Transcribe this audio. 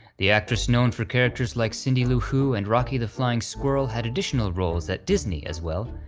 the actress known for characters like cindy lou who, and rocky the flying squirrel had additional roles at disney as well,